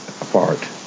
apart